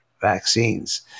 vaccines